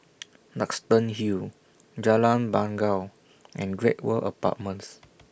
Duxton Hill Jalan Bangau and Great World Apartments